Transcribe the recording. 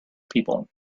people